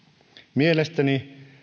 mielestäni